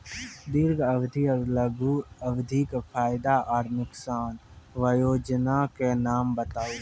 दीर्घ अवधि आर लघु अवधि के फायदा आर नुकसान? वयोजना के नाम बताऊ?